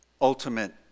ultimate